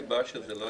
התש"ף 2020 (פ/1202),